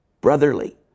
brotherly